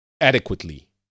adequately